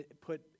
put